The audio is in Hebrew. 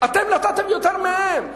אתם נתתם יותר מהם.